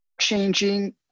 changing